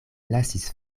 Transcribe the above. lasis